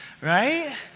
right